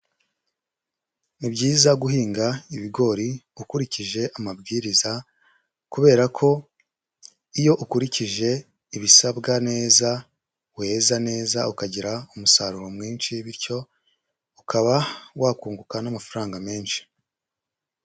Ni byiza guhinga ibigori ukurikije amabwiriza kubera ko iyo ukurikije ibisabwa neza weza neza, ukagira umusaruro mwinshi bityo ukaba wakunguka n'amafaranga menshi.